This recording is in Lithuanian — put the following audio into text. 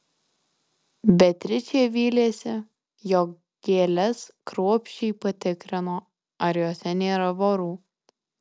beatričė vylėsi jog gėles kruopščiai patikrino ar jose nėra vorų